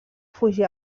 fugir